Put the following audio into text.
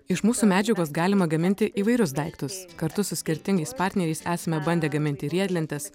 iš mūsų medžiagos galima gaminti įvairius daiktus kartu su skirtingais partneriais esame bandę gaminti riedlentes